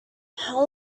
how